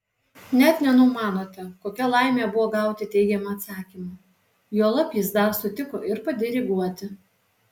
net nenumanote kokia laimė buvo gauti teigiamą atsakymą juolab jis dar sutiko ir padiriguoti